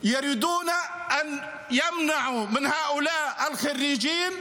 יודעים שרמת ההשכלה, רמת הלימוד,